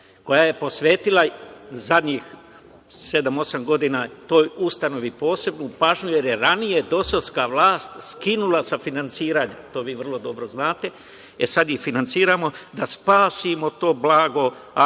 koja je posvetila zadnjih sedam, osam godina toj ustanovi posebnu pažnju, jer je ranije dosovska vlast skinula sa finansiranja, to vi vrlo dobro znate, e sad ih finansiramo, da spasimo blago, Arhiv